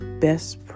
best